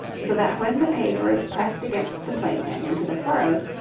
so that when the paper is pressed against the plate and into the furrows,